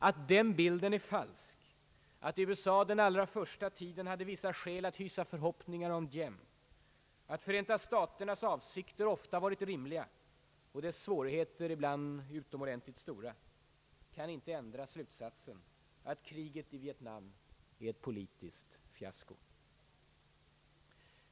Att den bilden är falsk, att USA den allra första tiden hade vissa skäl att hysa förhoppningar om Diem, att Förenta staternas avsikter ofta varit rimliga och dess svårigheter ibland utomordentligt stora kan inte ändra slutsatsen att kriget i Vietnam är ett politiskt fiasko.